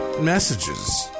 messages